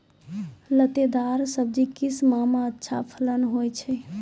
लतेदार दार सब्जी किस माह मे अच्छा फलन होय छै?